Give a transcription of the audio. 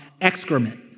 excrement